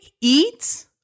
eat